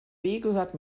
gehört